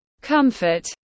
comfort